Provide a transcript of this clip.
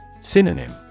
Synonym